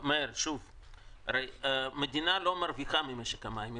מאיר, מדינה לא מרוויחה ממשק המים.